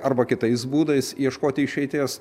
arba kitais būdais ieškoti išeities